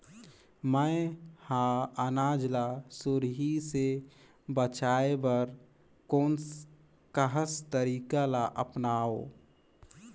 मैं ह अनाज ला सुरही से बचाये बर कोन कस तरीका ला अपनाव?